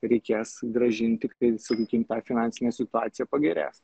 reikės grąžinti kai sakykim ta finansinė situacija pagerės